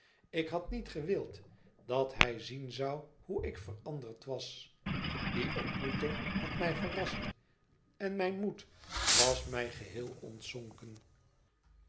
ik had niet gewild dat hij zien zou hoe ik veranderd was die ontmoeting had mij verrast en mijn moed was mij geheel ontzonken